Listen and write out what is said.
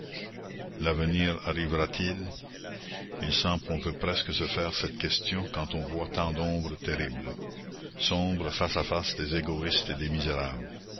l'avenir arrivera-t-il il semble qu'on peut presque se faire cette question quand on voit tant d'ombre terrible sombre face à face des égoïstes et des misérables